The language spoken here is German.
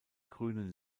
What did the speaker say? grünen